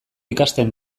ikasten